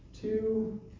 two